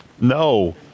No